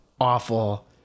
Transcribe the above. awful